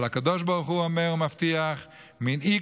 אבל הקדוש ברוך הוא אומר ומבטיח: "מנעי